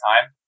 time